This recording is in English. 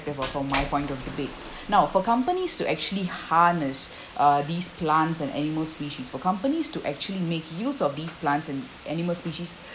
from my point of debate now for companies to actually harness uh these plants and animal species for companies to actually make use of these plants and animal species